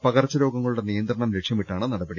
പകർച്ച രോഗങ്ങളുടെ നിയന്ത്രണം ലക്ഷ്യമിട്ടാണ് നടപടി